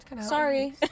sorry